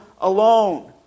alone